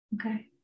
Okay